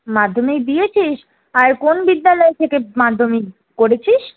মাধ্যমিক দিয়েছিস আর কোন বিদ্যালয় থেকে মাধ্যমিক করেছিস